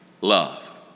Love